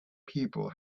people